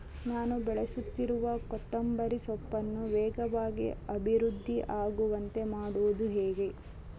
ನಾನು ಬೆಳೆಸುತ್ತಿರುವ ಕೊತ್ತಂಬರಿ ಸೊಪ್ಪನ್ನು ವೇಗವಾಗಿ ಅಭಿವೃದ್ಧಿ ಆಗುವಂತೆ ಮಾಡುವುದು ಹೇಗೆ?